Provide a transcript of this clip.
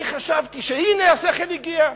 אני חשבתי, הנה השכל הגיע,